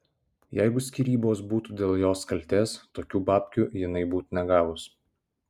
jeigu skyrybos būtų dėl jos kaltės tokių babkių jinai būtų negavus